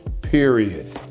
period